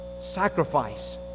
sacrifice